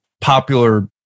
popular